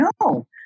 No